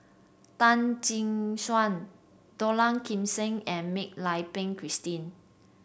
Tan Tee Suan Dollah Kassim and Mak Lai Peng Christine